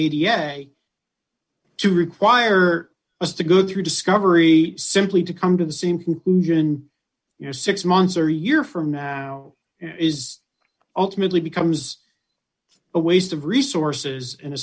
a to require us to go through discovery simply to come to the same conclusion you know six months or year from now is ultimately becomes a waste of resources in a